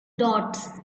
dots